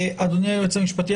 אדוני היועץ המשפטי,